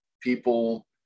people